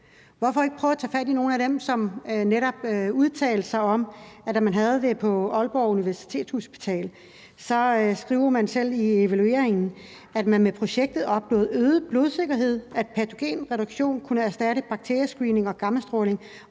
hvorfor ikke prøve at tage fat i nogle af dem, som netop udtalte sig, i forbindelse med at man havde det på Aalborg Universitetshospital? Man skriver selv i evalueringen, at man med projektet opnåede øget blodsikkerhed, at patogenreduktion kunne erstatte bakteriescreening og gammastråling,